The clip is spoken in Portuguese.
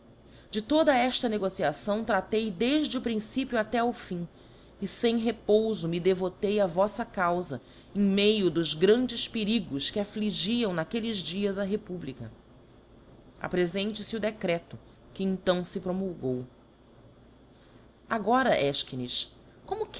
de toda eíla negociação traftei defde o principio até ao fim e fem repoufo me devotei á voíta caufa em meio dos grandes perigos que affligiam naquelles dias a republica aprefente fe o decreto que então fe promulgou agora efchines como